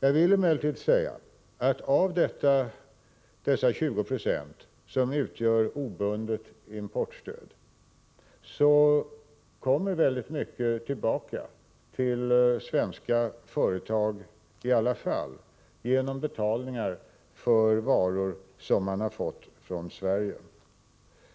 Jag vill emellertid säga att av dessa 20 90 som utgör obundet importstöd kommer mycket tillbaka till svenska företag genom betalningar för varor från Sverige.